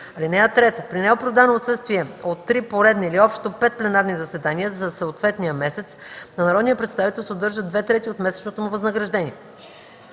заседанието. (3) При неоправдано отсъствие от 3 поредни или общо 5 пленарни заседания за съответния месец на народния представител се удържат две трети от месечното му възнаграждение.